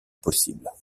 possible